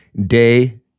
day